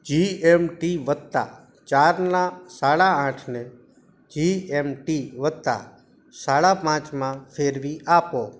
જી M T વત્તા ચારના સાડા આઠને જી એમ ટી વત્તા સાડા પાંચમાં ફેરવી આપો